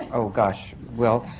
oh gosh. well.